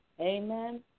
Amen